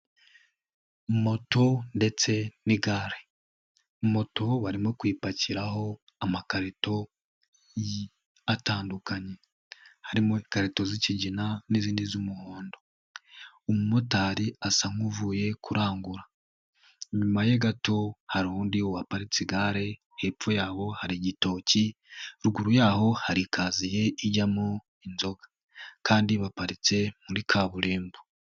Moto ndetse n'igare moto barimo kuyipakiraho amakarito atandukanye, harimo ikarito z'ikigina n'izindi z'umuhondo. Umumotari asa nk'uvuye kurangura, inyuma ye gato hari undi waparitse igare hepfo yaho hari igitoki, ruguru yaho hari ikaziye ijyamo inzoga, kandi baparitse muri kaburimbo.